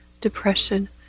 depression